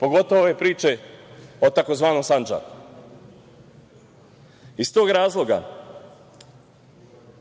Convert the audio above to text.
Pogotovo ove priče o tzv. Sandžaku. Iz tog razloga,